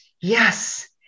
yes